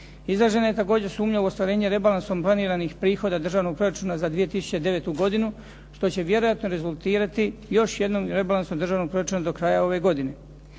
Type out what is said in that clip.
Izražena je također sumnja u ostvarenje rebalansom planiranih prihoda Državnog proračuna za 2009. godinu što će vjerojatno rezultirati još jednim Rebalansom državnog proračuna do kraja ove godine.